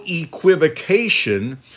equivocation